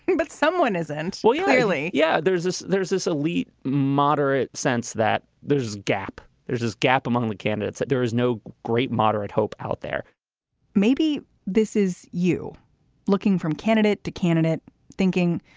but someone isn't. well, yeah really? yeah. there's this there's this elite moderate sense that there's a gap there's this gap among the candidates that there is no great moderate hope out there maybe this is you looking from candidate to candidate thinking,